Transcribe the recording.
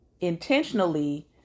intentionally